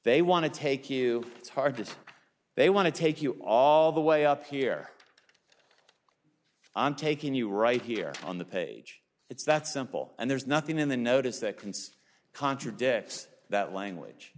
they want to take you target they want to take you all the way up here i'm taking you right here on the page it's that simple and there's nothing in the notice that concerns contradicts that language